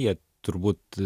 jie turbūt